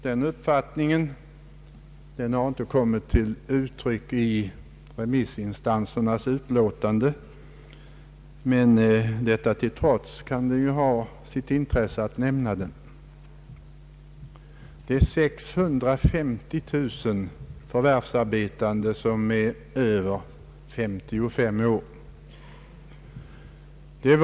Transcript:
Denna uppfattning har inte kommit till uttryck i remissinstansernas utlåtanden, men detta till trots kan den ju ha sitt intresse.